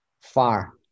far